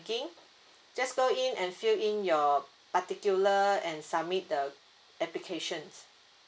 ~ing just go in and fill in your particular and submit the applications